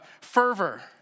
fervor